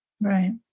Right